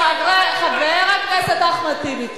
חבר הכנסת אחמד טיבי,